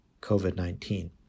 COVID-19